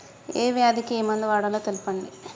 ఏ వ్యాధి కి ఏ మందు వాడాలో తెల్పండి?